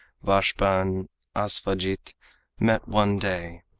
vashpa and asvajit met one day,